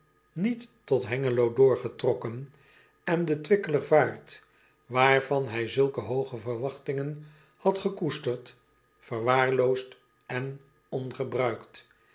niet tot engelo doorgetrokken en de wickeler vaart waarvan hij zulke hooge verwachtingen had gekoesterd verwaarloosd en ongebruikt